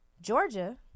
Georgia